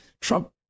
Trump